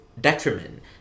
detriment